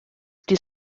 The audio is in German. die